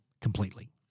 completely